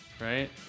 right